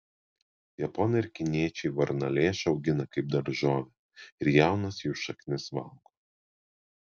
japonai ir kiniečiai varnalėšą augina kaip daržovę ir jaunas jų šaknis valgo